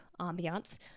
ambiance